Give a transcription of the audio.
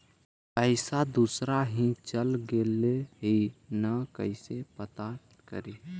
पैसा दुसरा ही चल गेलै की न कैसे पता करि?